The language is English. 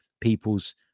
people's